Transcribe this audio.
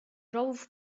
rowów